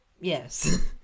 Yes